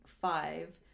five